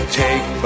take